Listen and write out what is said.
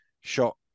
shot